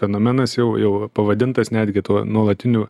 fenomenas jau jau pavadintas netgi tuo nuolatiniu